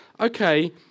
okay